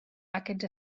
aquests